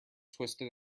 twisted